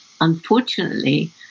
Unfortunately